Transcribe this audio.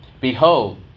Behold